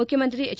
ಮುಖ್ಯಮಂತ್ರಿ ಎಚ್